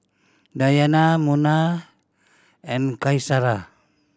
Dayana Munah and Qaisara